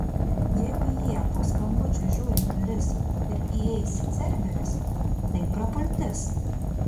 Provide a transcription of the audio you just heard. jeigu jie po skambučio žiūri į duris kad įeis cerberis tai prapultis